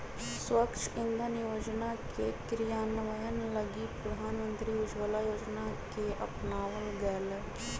स्वच्छ इंधन योजना के क्रियान्वयन लगी प्रधानमंत्री उज्ज्वला योजना के अपनावल गैलय